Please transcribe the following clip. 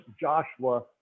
Joshua